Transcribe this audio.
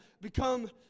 become